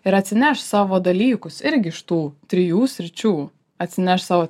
ir atsineš savo dalykus irgi iš tų trijų sričių atsineš savo